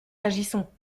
agissons